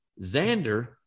Xander